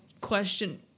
question